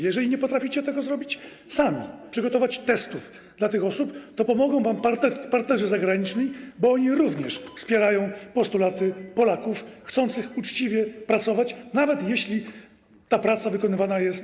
Jeżeli nie potraficie tego zrobić sami, przygotować testów dla tych osób, to pomogą wam partnerzy zagraniczni, bo oni również wspierają postulaty Polaków chcących uczciwie pracować, nawet jeśli ta praca wykonywana jest.